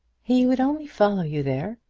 he would only follow you there,